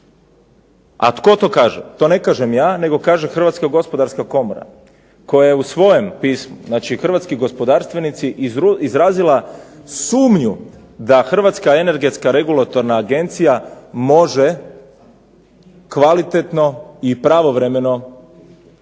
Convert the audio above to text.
A tko to kaže, to ne kažem ja nego kaže Hrvatska gospodarska komora koja u svojem pismu, znači hrvatski gospodarstvenici, izrazila sumnju da Hrvatska energetska regulatorna agencija može kvalitetno i pravovremeno se